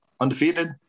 undefeated